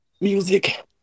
music